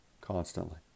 constantly